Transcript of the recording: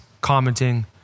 commenting